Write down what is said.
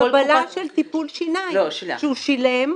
קבלה של טיפול שיניים, שהוא שילם.